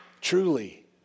truly